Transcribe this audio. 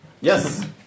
Yes